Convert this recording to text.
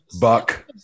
Buck